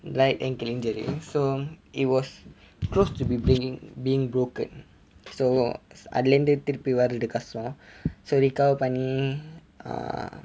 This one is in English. right ankle injury so it was close to bei~ being broken so அதுலேர்ந்து திருப்பி வருவது கஷ்டம்:athulernthu thiruppi varrathu kashtam so recover ப்பன்னி:panni err